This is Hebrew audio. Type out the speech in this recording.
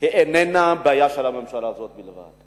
איננה בעיה של הממשלה הזאת בלבד.